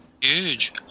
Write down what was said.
huge